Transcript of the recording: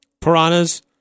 Piranhas